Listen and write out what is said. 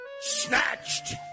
snatched